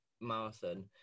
marathon